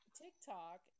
TikTok